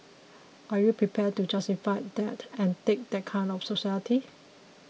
are you prepared to justify that and take that kind of society